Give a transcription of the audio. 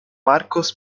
marcos